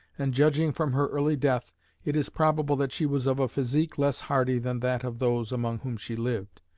and judging from her early death it is probable that she was of a physique less hardy than that of those among whom she lived.